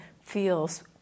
feels